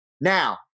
now